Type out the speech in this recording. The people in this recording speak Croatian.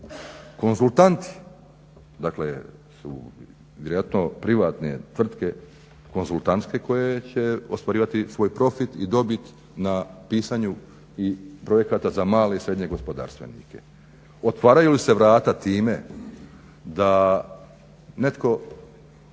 Konzultanti dakle su vjerojatno privatne tvrtke konzultantske koje će ostvarivati svoj profit i dobit na pisanju i projekata za male i srednje gospodarstvenike. Otvaraju li se vrata time da netko